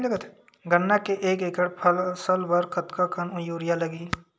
गन्ना के एक एकड़ फसल बर कतका कन यूरिया लगही?